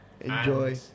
enjoy